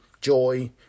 joy